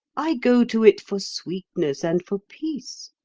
i go to it for sweetness and for peace.